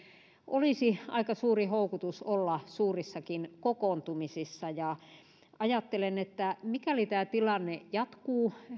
olisi aika suuri houkutus olla suurissakin kokoontumisissa ajattelen että mikäli tämä tilanne jatkuu